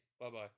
Bye-bye